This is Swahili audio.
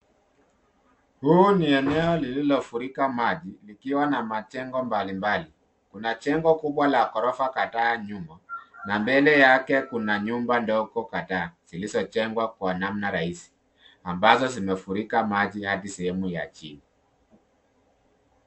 Huu ni eneo lililofurika maji llikiwa na majengo mbalimbali, kuna jengo la ghorofa kadhaa nyuma na mbele yake kuna nyumba ndogo kadhaa zilizojengwa kwa namna rahisi.